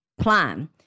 plan